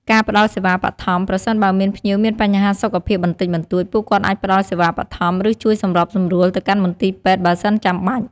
ការត្រួតពិនិត្យភាពស្អាតនៃចំណីអាហារ ពុទ្ធបរិស័ទយកចិត្តទុកដាក់ខ្ពស់ចំពោះភាពស្អាត និងសុវត្ថិភាពនៃចំណីអាហារដែលបានរៀបចំជូនភ្ញៀវ។